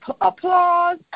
applause